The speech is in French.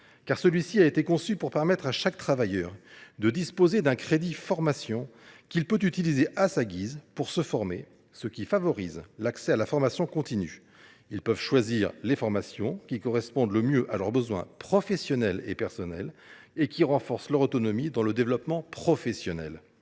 Ce compte a été conçu pour permettre à chaque travailleur de disposer d’un crédit de formation, qu’il peut utiliser à sa guise pour se former, ce qui favorise l’accès à la formation continue. Les travailleurs peuvent choisir les formations qui correspondent le mieux à leurs besoins professionnels et personnels, ce qui renforce leur autonomie dans leur développement professionnel.